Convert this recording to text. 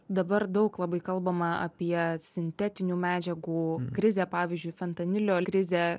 dabar daug labai kalbama apie sintetinių medžiagų krizę pavyzdžiui fentanilio krizę